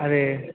அது